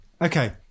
Okay